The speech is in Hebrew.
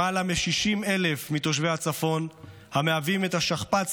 למעלה מ-60,000 מתושבי הצפון מהווים את השכפ"ץ